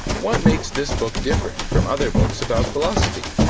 what makes this book different from other books about philosophy?